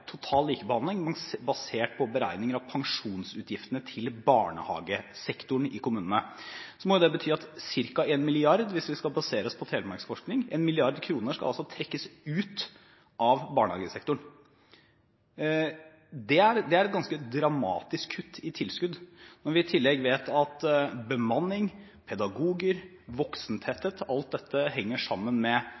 total likebehandling basert på beregning av pensjonsutgiftene til barnehagesektoren i kommunene, må det bety at ca. 1 mrd. kr, hvis vi skal basere oss på Telemarksforskning, skal trekkes ut av barnehagesektoren. Det er et ganske dramatisk kutt i tilskudd. Når vi i tillegg vet at bemanning, pedagoger og voksentetthet henger sammen med